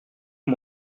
que